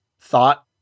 thought